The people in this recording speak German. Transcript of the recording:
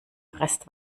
rest